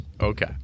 Okay